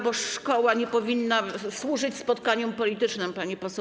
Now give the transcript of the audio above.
Bo szkoła nie powinna służyć spotkaniom politycznym, pani poseł.